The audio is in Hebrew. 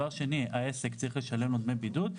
העסק צריך לשלם לו דמי בידוד,